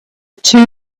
two